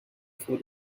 for